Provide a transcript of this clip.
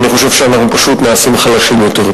ואני חושב שאנחנו פשוט נעשים חלשים יותר.